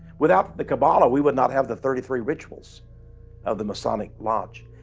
without the kabbalah we would not have the thirty three rituals of the masonic lodge.